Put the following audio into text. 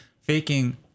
faking